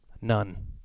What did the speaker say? none